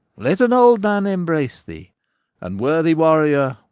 let an old man embrace thee and, worthy warrior,